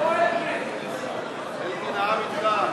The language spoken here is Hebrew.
חברי הכנסת,